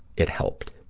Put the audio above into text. it helped.